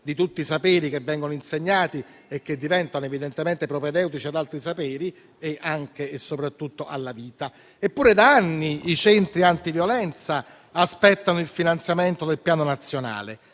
di tutti i saperi che vengono insegnati e che diventano evidentemente propedeutici ad altri saperi, e anche e soprattutto alla vita. Eppure, da anni, i centri antiviolenza aspettano il finanziamento del Piano nazionale;